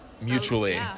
mutually